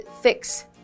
fix